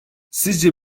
sizce